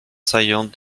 saillante